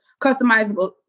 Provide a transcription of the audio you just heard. customizable